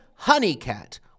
Honeycat